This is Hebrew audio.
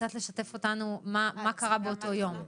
קצת לשתף אותנו מה קרה באותו יום.